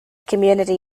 community